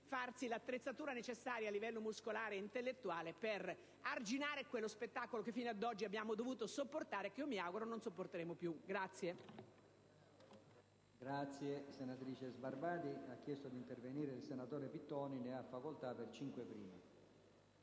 farsi l'attrezzatura necessaria, a livello muscolare e intellettuale, per arginare quello spettacolo che fino ad oggi abbiamo dovuto sopportare, e che mi auguro non sopporteremo più.